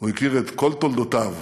הוא הכיר את כל תולדותיו